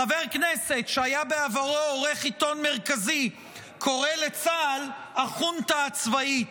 חבר כנסת שהיה בעברו עורך עיתון מרכזי קורא לצה"ל "החונטה הצבאית".